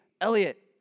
Elliot